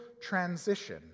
transition